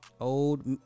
Old